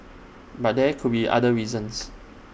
but there could be other reasons